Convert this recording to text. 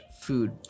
food